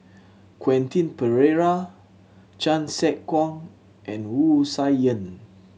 Quentin Pereira Chan Sek Keong and Wu Tsai Yen